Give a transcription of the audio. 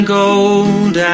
gold